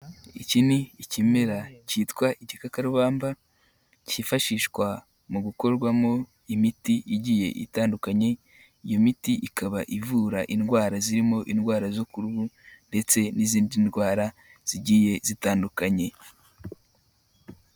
Iki ni ikimera cyitwa igikakarubamba cyifashishwa mu gukorwamo imiti igiye itandukanye iyo miti ikaba ivura indwara zirimo indwara zo kuruhu ndetse n'izindi ndwara zigiye zitandukanye.